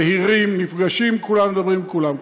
בהירים, נפגשים עם כולם, מדברים עם כולם.